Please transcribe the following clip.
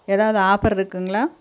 ஏதாவது ஆஃபர் இருக்குங்களா